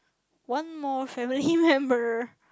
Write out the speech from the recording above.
one more family member